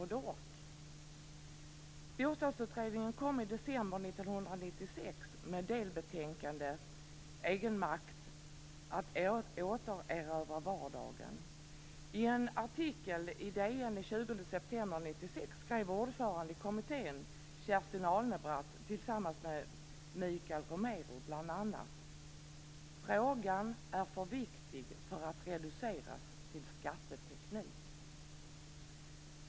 Storstadsutredningen kom i december 1996 med delbetänkandet Egenmakt - att återerövra vardagen 1996 skrev ordföranden i kommittén, Kerstin Alnebratt, tillsammans med Mikael Romero bl.a.: Frågan är för viktig för att reduceras till skatteteknik.